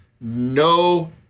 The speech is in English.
No